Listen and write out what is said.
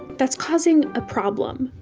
that's causing a problem.